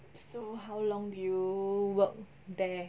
so how long did you work there